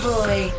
Boy